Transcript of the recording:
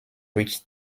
reach